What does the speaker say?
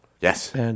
Yes